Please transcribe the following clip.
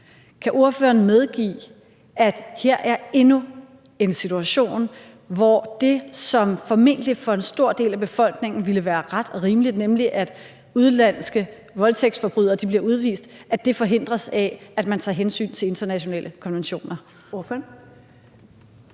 Kan ordføreren medgive, at her er endnu en situation, hvor det, som formentlig for en stor del af befolkningen ville være ret og rimeligt, nemlig at udenlandske voldtægtsforbrydere bliver udvist, forhindres af, at man tager hensyn til internationale konventioner?